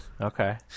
okay